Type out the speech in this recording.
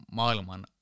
maailman